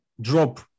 drop